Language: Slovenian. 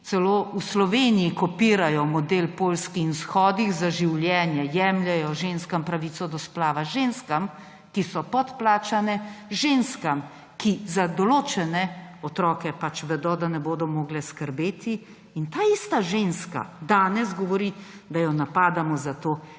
celo v Sloveniji kopira model poljskih shodov za življenje, kjer se jemlje ženskam pravico do splava, ženskam, ki so podplačane, ženskam, ki za določene otroke pač vedo, da zanje ne bodo mogle skrbeti. In ta ista ženska danes govori, da jo napadamo, zato